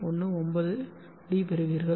19 டி பெறுவீர்கள்